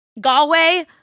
galway